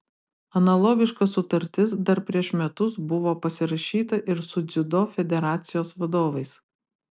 analogiška sutartis dar prieš metus buvo pasirašyta ir su dziudo federacijos vadovais